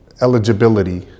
eligibility